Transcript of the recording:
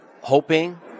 hoping